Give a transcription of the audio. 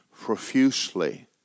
profusely